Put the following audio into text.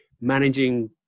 managing